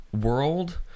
world